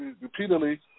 repeatedly